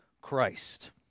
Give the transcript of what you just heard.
Christ